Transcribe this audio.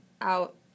out